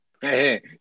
Hey